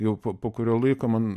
jau po po kurio laiko man